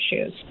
issues